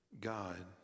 God